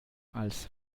als